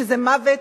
שזה מוות